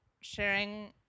sharing